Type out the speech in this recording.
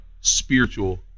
spiritual